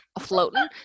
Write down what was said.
floating